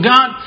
God